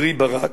קרי ברק,